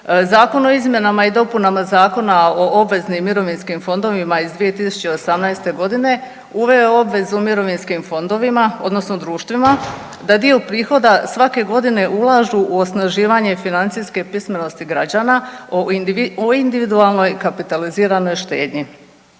Zakon o izmjenama i dopunama Zakona o obveznim mirovinskim fondovima iz 2018. godine uveo je obvezu mirovinskim fondovima odnosno društvima da dio prihoda svake godine ulažu u osnaživanje financijske pismenosti građana o individualnoj kapitaliziranoj štednji.